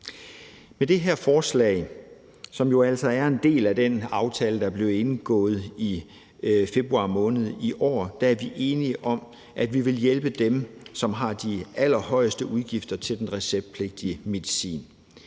Med det her forslag, som jo altså er en del af den aftale, der blev indgået i februar måned i år, er vi enige om, at vi vil hjælpe dem, som har de allerhøjeste udgifter til den receptpligtige medicin.